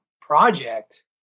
project